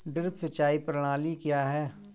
Drip सिंचाई प्रणाली क्या है?